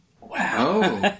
Wow